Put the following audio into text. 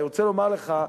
אני רוצה לומר לך,